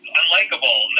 unlikable